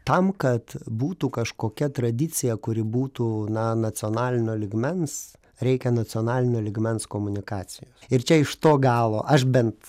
tam kad būtų kažkokia tradicija kuri būtų na nacionalinio lygmens reikia nacionalinio lygmens komunikacija ir čia iš to galo aš bent